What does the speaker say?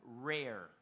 rare